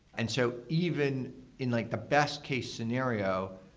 and so even in like the best case scenario,